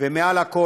ומעל לכול,